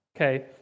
Okay